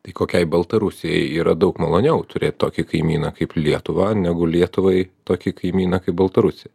tai kokiai baltarusijai yra daug maloniau turėt tokį kaimyną kaip lietuvą negu lietuvai tokį kaimyną kaip baltarusiją